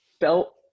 felt